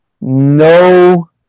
no